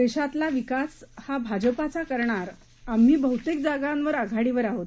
देशातला विकास हा भाजपच करणार आम्ही बह्तेक जागांवर आघाडीवर आहोत